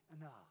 enough